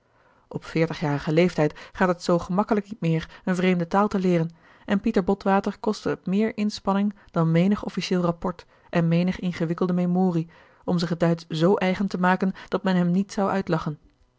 op veertigjarigen leeftijd gaat het zoo gemakkelijk niet meer eene vreemde taal te leeren en pieter botwater kostte het meer inspanning dan menig officieel rapport en menige ingewikkelde memorie om zich het duitsch z eigen te maken dat men hem niet zou uitlachen